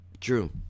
true